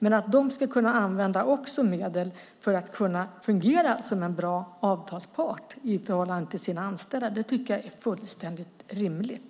Men att de också ska kunna använda medel för att kunna fungera som en bra avtalspart i förhållande till sina anställda tycker jag är fullständigt rimligt.